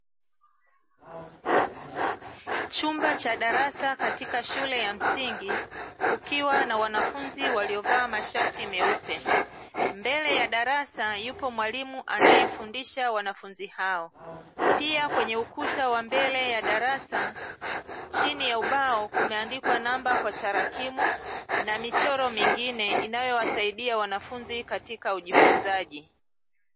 Chumba cha darasa katika shule ya msingi kukiwa na wanafunzi waliovaa masharti meupe, mbele ya darasa yupo mwalimu anayefundisha wanafunzi hao pia kwenye ukuta wa mbele ya darasa chini ya ubao kumeandikwa namba kwa tarakimu na michoro mingine inayowasaidia wanafunzi katika ujifunzaji .